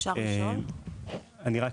אנחנו גם